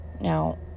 now